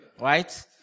right